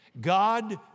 God